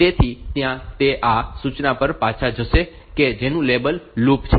તેથી ત્યાં તે આ સૂચના પર પાછા જશે કે જેનું લેબલ લૂપ છે